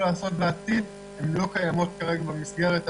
לעשות בעתיד הן לא קיימות כרגע במסגרת הזאת,